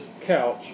couch